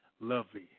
Lovely